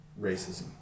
racism